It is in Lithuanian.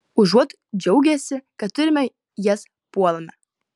užuot džiaugęsi kad turime jas puolame